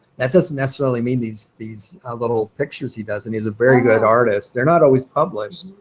that doesn't necessarily mean these these little pictures he does, and he's a very good artist. they're not always published.